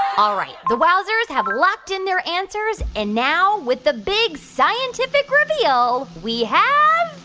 all right. the wowzers have locked in their answers. and now, with the big scientific reveal, we have